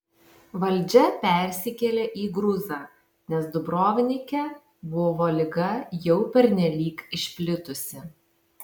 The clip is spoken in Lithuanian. valdžia persikėlė į gruzą nes dubrovnike buvo liga jau pernelyg išplitusi